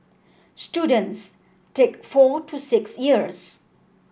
students take four to six years